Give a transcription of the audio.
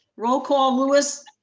roll call. louis.